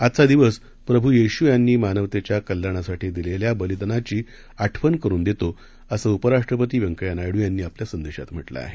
आजचा दिवस प्रभू येशू यांनी मानवतेच्या कल्याणासाठी दिलेल्या बलिदानाची आठवण करुन देतो असं उपराष्ट्रपती वेंकैया नाय़ड्र यांनी आपल्या संदेशात म्हटलं आहे